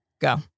Go